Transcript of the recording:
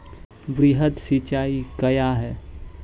वृहद सिंचाई कया हैं?